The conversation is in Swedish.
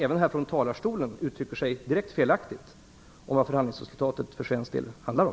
Även från talarstolen uttrycker han sig nämligen direkt felaktigt när det gäller vad förhandlingsresultatet för svensk del handlar om.